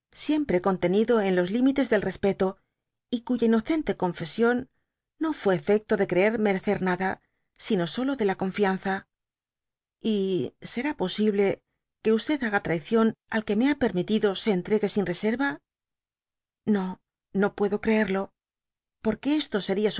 siempre contenido en los limites del respeto y cuya inocente confesión no fué efecto de creer merecer nada sino solo de la confianza t será posible que haga traición al que me ha permitido se entregue sin reserra no no puedo creerlo por que esto seria